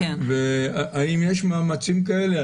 האם יש מאמצים כאלה?